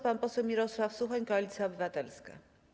Pan poseł Mirosław Suchoń, Koalicja Obywatelska.